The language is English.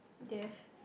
there's